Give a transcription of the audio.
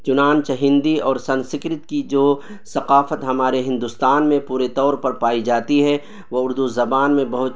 چنانچہ ہندی اور سنسکرت کی جو ثقافت ہمارے ہندوستان میں پورے طور پر پائی جاتی ہے وہ اردو زبان میں بہت